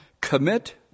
Commit